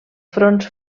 fronts